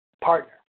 partner